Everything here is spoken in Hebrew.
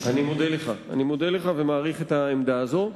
אני מודה לך ומעריך את העמדה שלך.